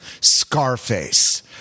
Scarface